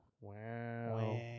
Wow